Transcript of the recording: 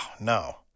no